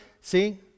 see